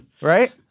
right